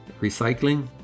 Recycling